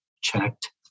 checked